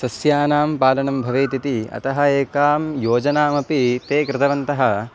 सस्यानां पालनं भवेत् इति अतः एकां योजनामपि ते कृतवन्तः